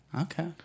Okay